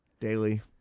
Daily